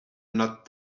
not